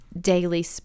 daily